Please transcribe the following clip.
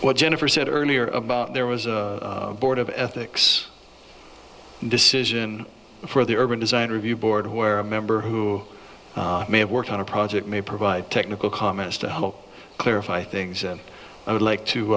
what jennifer said earlier about there was a board of ethics decision for the urban design review board where a member who may have worked on a project may provide technical comments to clarify things i would like to